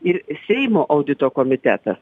ir seimo audito komitetas